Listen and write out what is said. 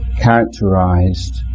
characterized